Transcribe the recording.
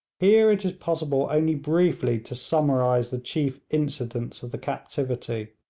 here it is possible only briefly to summarise the chief incidents of the captivity.